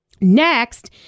Next